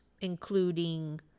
including